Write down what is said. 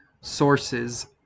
sources